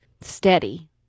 steady